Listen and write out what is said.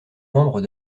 membre